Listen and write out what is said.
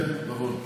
כן, נכון.